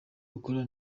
gukora